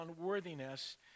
unworthiness